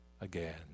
again